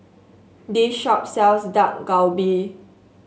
this shop sells Dak Galbi